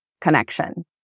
connection